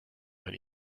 when